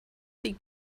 die